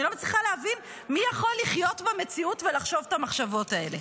אני לא מצליחה להבין מי יכול לחיות במציאות ולחשוב את המחשבות האלה.